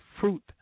fruit